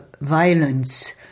violence